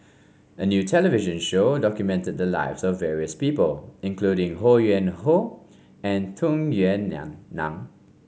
a new television show documente the lives of various people including Ho Yuen Hoe and Tung Yue Nang